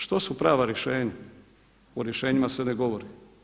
Što su prava rješenje, o rješenjima se ne govori.